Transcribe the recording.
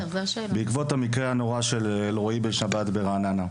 בעקבות המקרה הנורא של אלרועי בשבת ברעננה,